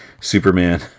Superman